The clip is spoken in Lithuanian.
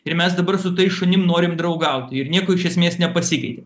ir mes dabar su tais šunim norim draugaut ir nieko iš esmės nepasikeitė